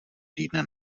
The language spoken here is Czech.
týdne